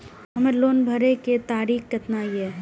हमर लोन भरे के तारीख केतना ये?